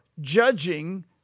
judging